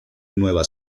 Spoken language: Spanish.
nueva